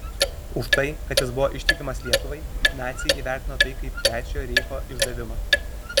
už tai kad jis buvo ištikimas lietuvai naciai įvertino tai kaip trečiojo reicho išdavimą